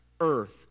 earth